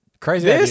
Crazy